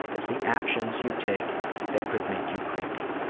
it's the actions you take that could make you creepy.